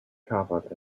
covered